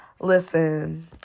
listen